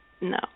No